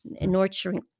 nurturing